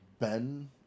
Ben